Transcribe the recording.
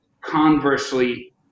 conversely